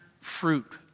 fruit